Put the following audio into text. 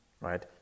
Right